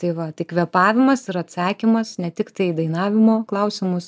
tai va tai kvėpavimas yra atsakymas ne tiktai į dainavimo klausimus